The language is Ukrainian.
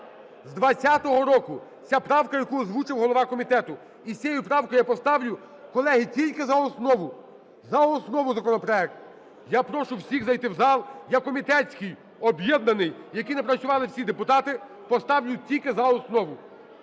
З 20-го року ця правка, яку озвучив голова комітету. І з цією правкою я поставлю, колеги, тільки за основу, за основу законопроект. Я прошу всіх зайти в зал. Я комітетський, об'єднаний, який напрацювали всі депутати поставлю тільки за основу.